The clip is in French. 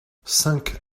cinq